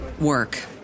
work